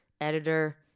editor